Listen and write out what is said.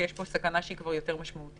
שיש פה סכנה שהיא כבר יותר משמעותית.